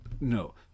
No